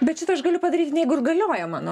bet šitą aš galiu padaryti jeigu ir galioja mano